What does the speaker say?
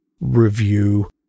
review